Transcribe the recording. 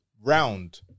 round